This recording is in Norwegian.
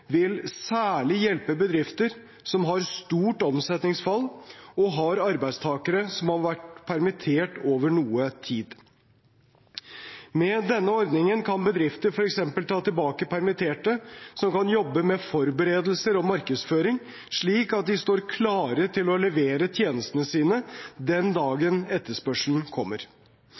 vil særlig hjelpe bedrifter som har et stort omsetningsfall, og som har arbeidstakere som har vært permittert over noe tid. Med denne ordningen kan bedrifter f.eks. ta tilbake permitterte som kan jobbe med forberedelser og markedsføring, slik at de står klare til å levere tjenestene sine den dagen etterspørselen kommer.